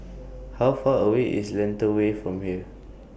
How Far away IS Lentor Way from here